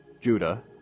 Judah